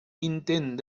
intent